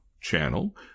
channel